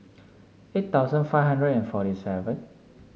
eight thousand five hundred and forty seven